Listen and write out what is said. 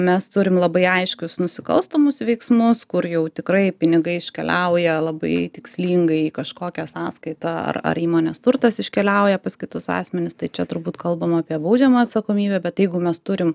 mes turim labai aiškius nusikalstamus veiksmus kur jau tikrai pinigai iškeliauja labai tikslingai į kažkokią sąskaitą ar ar įmonės turtas iškeliauja pas kitus asmenis tai čia turbūt kalbama apie baudžiamą atsakomybę bet jeigu mes turim